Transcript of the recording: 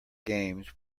games